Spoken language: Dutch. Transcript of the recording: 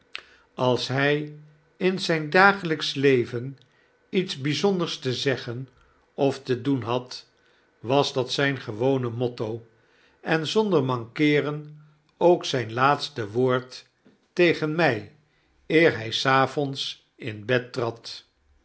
als hjj in zyn dagelpsch leven iets bjjzonders te zeggen of te doen had was dat zfin gewoon motto en zonder mankeeren ook zgn laatste woord tegen mg eer hij s avonds in bed